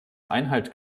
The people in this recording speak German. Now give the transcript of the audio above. einhalt